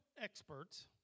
experts